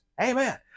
Amen